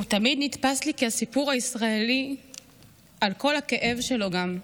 הוא תמיד נתפס לי כסיפור הישראלי על כל הכאב שלו גם.